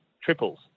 triples